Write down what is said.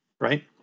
right